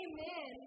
Amen